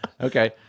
Okay